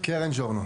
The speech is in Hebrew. קרן ז'ורנו.